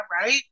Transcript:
right